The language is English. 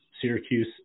Syracuse